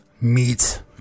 meat